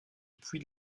puy